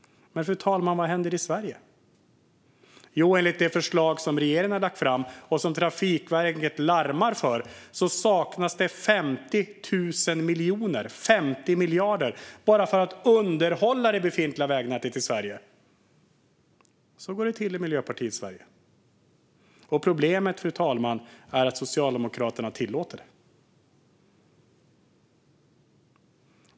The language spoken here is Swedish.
Men, fru talman, vad händer i Sverige? Jo, enligt det förslag som regeringen har lagt fram och som Trafikverket larmar om saknas det 50 miljarder kronor bara för att underhålla det befintliga vägnätet i Sverige. Så går det till i Miljöpartiets Sverige. Problemet, fru talman, är att Socialdemokraterna tillåter det.